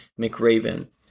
McRaven